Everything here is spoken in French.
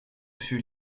fut